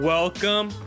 Welcome